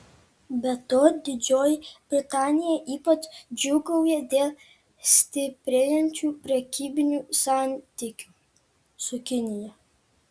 be to didžioji britanija ypač džiūgauja dėl stiprėjančių prekybinių santykių su kinija